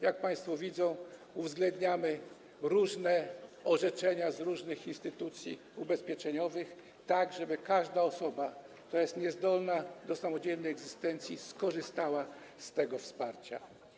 Jak państwo widzą, uwzględniamy różne orzeczenia różnych instytucji ubezpieczeniowych, tak żeby każda osoba, która jest niezdolna do samodzielnej egzystencji, skorzystała z tego wsparcia.